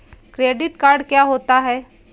Credit card क्या होता है?